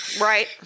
Right